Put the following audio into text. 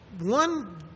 one